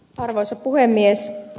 arvoisa puhemies